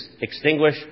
extinguish